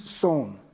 sown